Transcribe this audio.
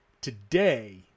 today